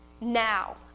Now